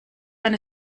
eine